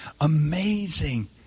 amazing